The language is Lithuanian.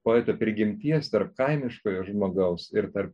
poeto prigimties tarp kaimiškojo žmogaus ir tarp